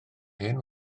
hen